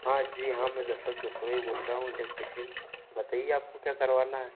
हाँ जी हाँ मैं दसरथ दसोरा ही बोल रहा हूँ इलेक्ट्रीशियन बताइए आपको क्या करवाना है